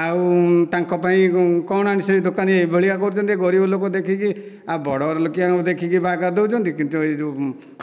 ଆଉ ତାଙ୍କ ପାଇଁ କଣ ଆଣିବି ସେଇ ଦୋକାନୀ ଏହି ଭଳିଆ କରୁଛନ୍ତି ଗରିବ ଲୋକ ଦେଖିକି ଆଉ ବଡ଼ ବଡ଼ ଲୋକିଆ ଦେଖିକି ବାଗ ଦେଉଛନ୍ତି କିନ୍ତୁ ଏଇ ଯେଉଁ